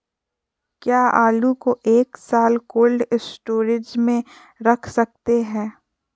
क्या आलू को एक साल कोल्ड स्टोरेज में रख सकते हैं?